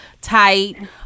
tight